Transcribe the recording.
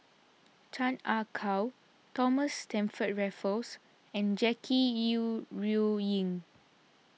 Chan Ah Kow Thomas Stamford Raffles and Jackie Yi Ru Ying